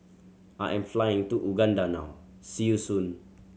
I am flying to Uganda now see you soon